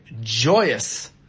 joyous